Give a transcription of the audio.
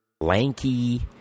lanky